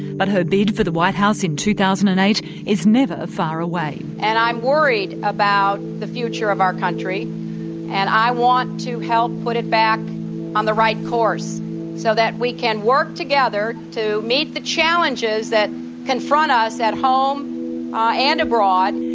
but her bid for the white house in two thousand and eight is never far away. and i'm worried about the future of our country and i want to help put it back on the right course so that we can work together to meet the challenges that confront us at home ah and abroad.